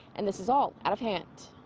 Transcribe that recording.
and this is all out of hand.